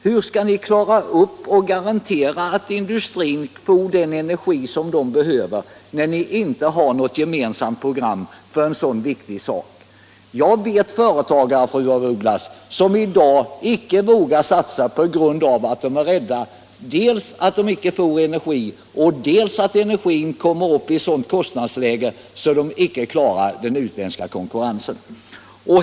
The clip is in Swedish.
Hur skall ni kunna garantera att industrin får den energi som den behöver när ni inte har något gemensamt program för en så viktig sak? Jag känner till företagare, fru af Ugglas, som i dag inte vågar satsa på grund av att de är rädda för dels att inte få energi, dels att energin kommer upp i ett sådant kostnadsläge att de inte klarar den utländska konkurrensen.